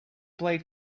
played